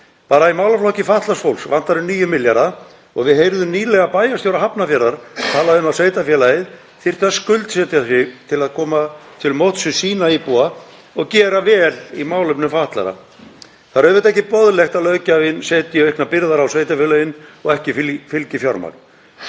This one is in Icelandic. Bara í málaflokk fatlaðs fólks vantar um 9 milljarða og við heyrðum nýlega bæjarstjóra Hafnarfjarðar tala um að sveitarfélagið þyrfti að skuldsetja sig til að koma til móts við sína íbúa og gera vel í málefnum fatlaðra. Það er auðvitað ekki boðlegt að löggjafinn setji auknar byrðar á sveitarfélögin og ekki fylgi fjármagn.